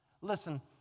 Listen